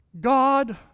God